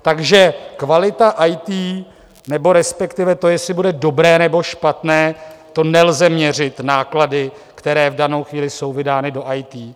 Takže kvalita IT nebo respektive to, jestli bude dobré, nebo špatné, to nelze měřit náklady, které v danou chvíli jsou vydány do IT.